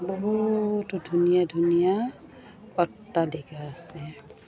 বহুতো ধুনীয়া ধুনীয়া আছে